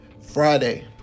Friday